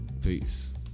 Peace